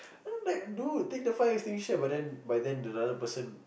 then I'm like dude take the fire extinguisher but then but then then other person